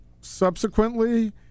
subsequently